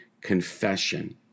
confession